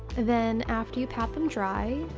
then after you pat them dry,